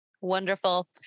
Wonderful